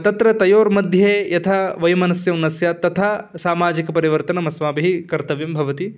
तत्र तयोर्मध्ये यथा वैमनस्यं न स्यात् तथा सामाजिकपरिवर्तनम् अस्माभिः कर्तव्यं भवति